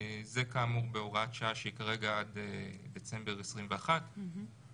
זה כאמור בהוראת שעה שהיא כרגע עד דצמבר 2021 ויש